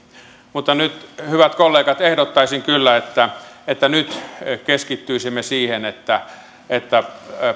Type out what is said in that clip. mutta nyt hyvät kollegat ehdottaisin kyllä että että keskittyisimme siihen että että